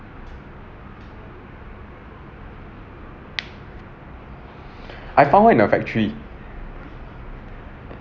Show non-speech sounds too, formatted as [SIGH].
[BREATH] I found one in our factory